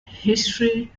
history